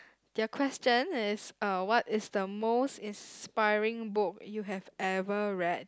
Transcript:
your question is uh what is the most inspiring book you have ever read